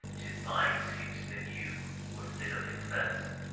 tis my excuse that you were fiddling first.